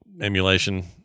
emulation